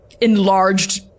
enlarged